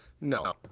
No